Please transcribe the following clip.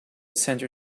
center